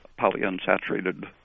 polyunsaturated